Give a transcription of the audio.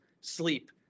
sleep